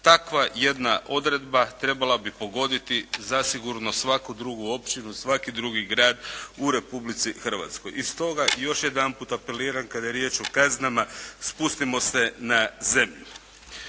takva jedna odredba trebala bi pogoditi zasigurno svaku drugu općinu, svaki drugi grad u Republici Hrvatskoj i stoga još jedanput apeliram kada je riječ o kaznama spustimo se na zemlju.